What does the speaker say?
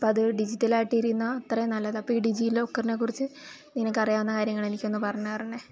അപ്പോൾ അത് ഡിജിറ്റലായിട്ടിരുന്നാ അത്രയും നല്ലതാണ് അപ്പോൾ ഈ ഡിജീലോക്കറിനെ കുറിച്ച് നിനക്കറിയാവുന്ന കാര്യങ്ങൾ എന്നിക്കൊന്ന് പറഞ്ഞ്തരണേ